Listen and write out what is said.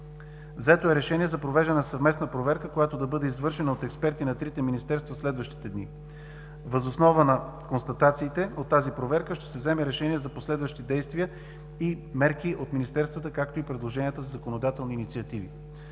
Взето е решение за провеждане на съвместна проверка, която да бъде извършена от експерти на трите министерства в следващите дни. Въз основа на констатациите от тази проверка ще се вземе решение за последващи действия и мерки от министерствата, както и предложенията за законодателни инициативи.